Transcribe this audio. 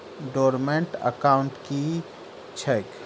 Dormant account की छैक?